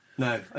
No